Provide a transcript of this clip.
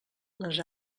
les